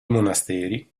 monasteri